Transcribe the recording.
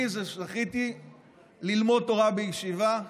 אני זכיתי ללמוד תורה בישיבה.